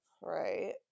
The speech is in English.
right